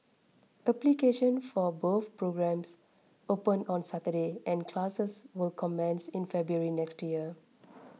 application for both programmes opened on Saturday and classes will commence in February next year